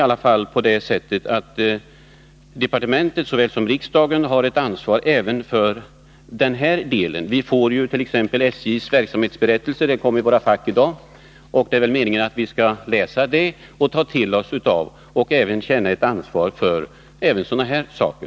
Departementet såväl som riksdagen har väl i alla fall ett ansvar även för den här delen. Vi får t.ex. SJ:s verksamhetsberättelse — den kom i våra fack i dag — och det är väl meningen att vi skall läsa den och känna ett ansvar också för sådana här saker.